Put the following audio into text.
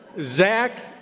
zack,